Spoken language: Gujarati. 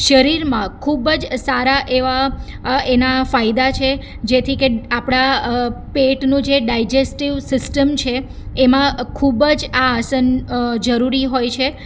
શરીરમાં ખૂબ જ સારા એવા એના ફાયદા છે જેથી કે આપડા પેટનું જે ડાયજેસ્ટિવ સિસ્ટમ છે એમાં ખૂબ જ આ આસન જરૂરી હોય છે